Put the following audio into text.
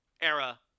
era